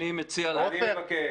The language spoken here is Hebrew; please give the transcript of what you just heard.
אני מבקש.